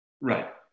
Right